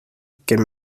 que